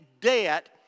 debt